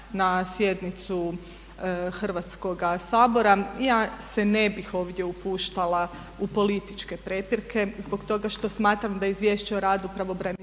na sjednicu Hrvatskoga sabora. Ja se ne bih ovdje upuštala u političke prepirke zbog toga što smatram da izvješće o radu pravobraniteljice